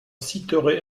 citerai